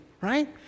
right